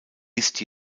ist